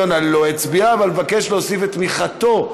אבל מבקש להוסיף את תמיכתו,